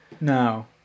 No